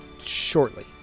shortly